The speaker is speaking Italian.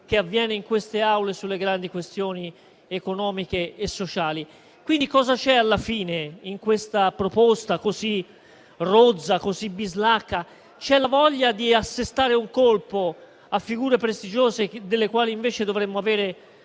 che avviene in queste Aule sulle grandi questioni economiche e sociali. Quindi cosa c'è alla fine in questa proposta così rozza e bislacca? C'è la voglia di assestare un colpo a figure prestigiose delle quali invece dovremmo avere